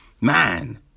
Man